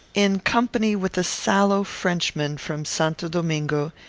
in company with a sallow frenchman from st. domingo,